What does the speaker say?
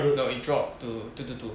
no it dropped to two two two